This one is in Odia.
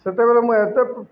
ସେତେବେଲେ ମୁଁ ଏତେ